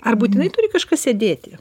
ar būtinai turi kažkas sėdėti